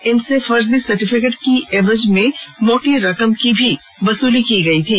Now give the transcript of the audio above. इनसे फर्जी सर्टिफिकेट की एवज में मोटी रकम की वसूली गयी थी